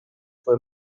fue